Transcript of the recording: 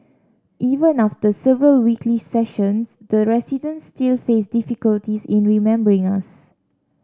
even after several weekly sessions the residents still faced difficulties in remembering us